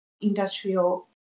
industrial